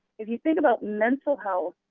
if you think about mental health,